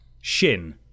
Shin